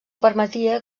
permetia